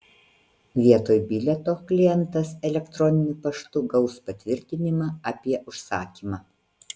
vietoj bilieto klientas elektroniniu paštu gaus patvirtinimą apie užsakymą